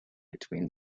between